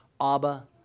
Abba